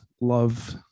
love